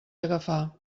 agafar